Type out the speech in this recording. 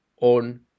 on